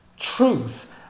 Truth